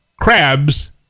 crabs